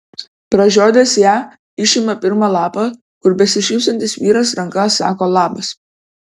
pražiodęs ją išima pirmą lapą kur besišypsantis vyras ranka sako labas